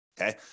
okay